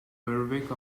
berwick